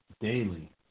daily